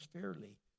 fairly